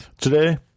Today